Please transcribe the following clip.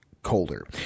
Colder